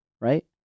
right